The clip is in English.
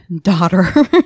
daughter